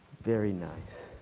very nice.